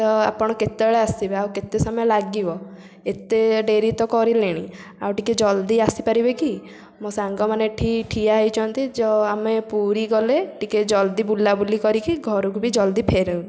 ତ ଆପଣ କେତେବେଳେ ଆସିବେ ଆଉ କେତେ ସମୟ ଲାଗିବ ଏତେ ଡେରି ତ କରିଲେଣି ଆଉ ଟିକେ ଜଲଦି ଆସିପାରିବେ କି ମୋ ସାଙ୍ଗମାନେ ଏଠି ଠିଆ ହୋଇଛନ୍ତି ଯ ଆମେ ପୁରୀ ଗଲେ ଟିକେ ଜଲଦି ବୁଲାବୁଲି କରିକି ଘରକୁ ବି ଜଲଦି ଫେରୁ